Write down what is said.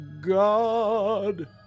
God